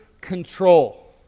control